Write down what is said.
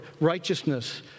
righteousness